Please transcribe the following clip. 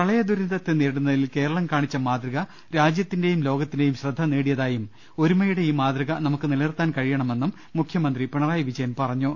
പ്രളയ ദുരിതത്തെ നേരിടുന്നതിൽ കേരളം കാണിച്ച മാതൃക രാജ്യത്തിന്റെയും ലോകത്തിന്റെയും ശ്രദ്ധ നേടിയതായും ഒരുമ യുടെ ഈ മാതൃക നമുക്ക് നിലനിർത്താൻ കഴിയണമെന്നും മുഖ്യ മന്ത്രി പിണ്റായി വിജയൻ പറഞ്ഞു